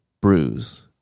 bruise